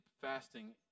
fasting